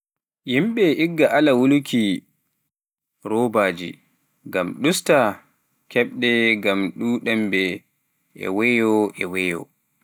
yimɓe igga alaa wuuluuki poti woppude ustude kaɓirɗe ngam duumaade e weeyo e weeyo